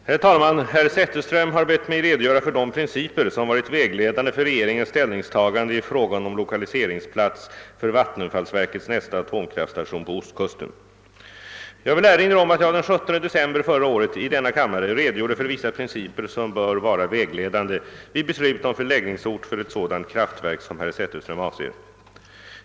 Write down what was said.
Herr talman! Herr Zetterström har bett mig redogöra för de principer som varit vägledande för regeringens ställningstagande i frågan om lokaliseringsplats för vattenfallsverkets nästa atomkraftstation på ostkusten. Jag vill erinra om att jag den 17 december förra året i denna kammare redogjorde för vissa principer som bör vara vägledande vid beslut om förläggningsort för ett sådant kraftverk som herr Zetterström avser.